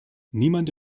niemand